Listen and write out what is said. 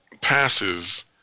passes